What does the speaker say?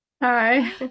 Hi